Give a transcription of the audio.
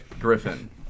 Griffin